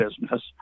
business